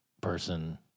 person